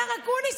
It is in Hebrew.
השר אקוניס,